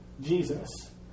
Jesus